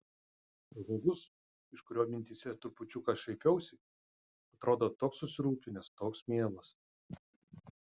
žmogus iš kurio mintyse trupučiuką šaipiausi atrodo toks susirūpinęs toks mielas